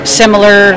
similar